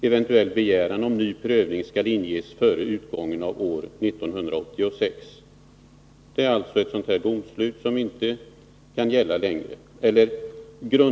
Eventuell begäran om ny prövning skall inges före utgången av år 1986” ”. Det är alltså ett domslut, som inte kan gälla längre.